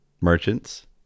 merchants